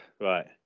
Right